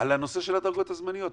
הנושא של הדרגות הזמניות.